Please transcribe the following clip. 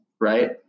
right